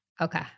Okay